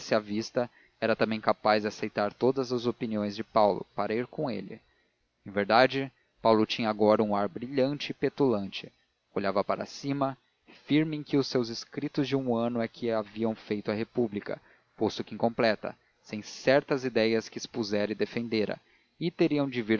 à vista era também capaz de aceitar todas as opiniões de paulo para ir com ele em verdade paulo tinha agora um ar brilhante e petulante olhava por cima firme em que os seus escritos de um ano é que haviam feito a república posto que incompleta sem certas ideias que expusera e defendera e teriam de vir